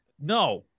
no